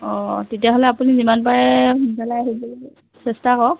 অ তেতিয়াহ'লে আপুনি যিমান পাৰে সোনকালে আহিবলৈ চেষ্টা কৰক